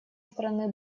страны